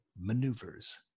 Maneuvers